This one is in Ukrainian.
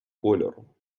кольору